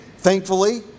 Thankfully